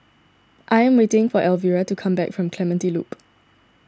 I am waiting for Elvira to come back from Clementi Loop